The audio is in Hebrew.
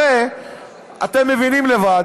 הרי אתם מבינים לבד,